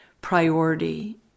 priority